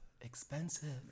expensive